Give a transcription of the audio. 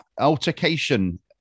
altercation